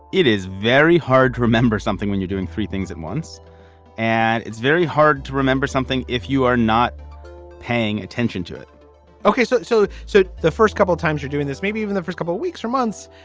it is very hard to remember something when you're doing three things at once and it's very hard to remember something if you are not paying attention to it ok, so so so the first couple of times you're doing this, maybe even the first couple weeks or months.